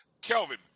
Kelvin